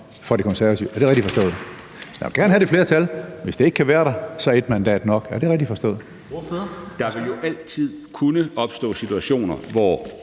Der vil jo altid kunne opstå situationer, hvor